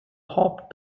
hoped